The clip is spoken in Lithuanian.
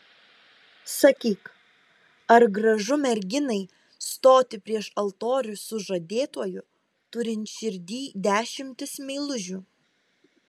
sakyk ar gražu merginai stoti prieš altorių su žadėtuoju turint širdyj dešimtis meilužių